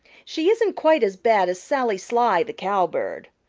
she isn't quite as bad as sally sly the cowbird,